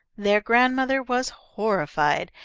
their grandmother was horrified,